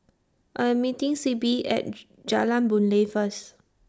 I Am meeting Sybil At Jalan Boon Lay First